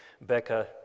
Becca